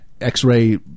X-Ray